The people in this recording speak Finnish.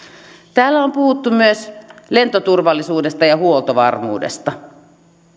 täällä on puhuttu myös lentoturvallisuudesta ja huoltovarmuudesta